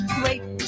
great